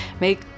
make